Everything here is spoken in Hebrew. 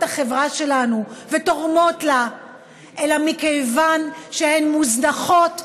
החברה שלנו ותורמות לה אלא מכיוון שהן מוזנחות,